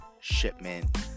shipment